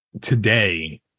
today